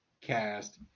cast